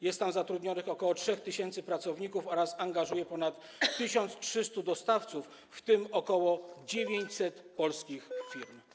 Jest tam zatrudnionych ok. 3 tys. pracowników oraz angażuje on ponad 1300 dostawców, w tym ok. 900 polskich firm.